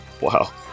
Wow